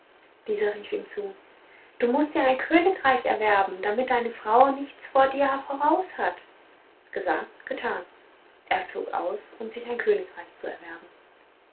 dieser rief ihm zu du mußt dir ein königreich erwerben damit deine frau nichts vor dir voraus hat gesagt getan er zog aus um sich ein königreich zu erwerben